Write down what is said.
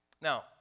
Now